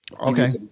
Okay